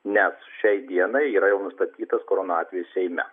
nes šiai dienai yra jau nustatytas korona atvejis seime